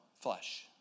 flesh